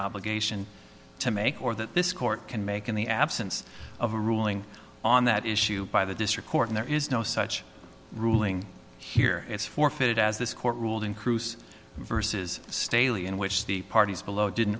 obligation to make or that this court can make in the absence of a ruling on that issue by the district court there is no such ruling here as forfeit as this court ruled in crews versus staley in which the parties below didn't